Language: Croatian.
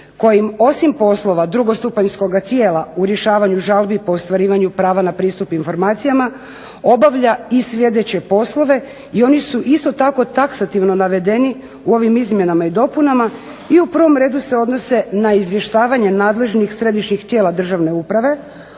kojim osim poslova drugostupanjskoga tijela u rješavanju žalbi po ostvarivanju prava na pristup informacijama obavlja i sljedeće poslove i oni su isto tako taksativno navedeni u ovim izmjenama i dopunama i u prvom redu se odnose na izvještavanje nadležnih središnjih tijela Državne uprave